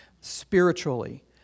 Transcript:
spiritually